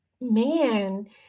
man